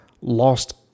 lost